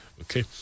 Okay